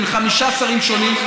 בין חמישה שרים שונים,